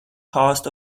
cost